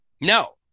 No